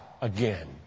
again